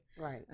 Right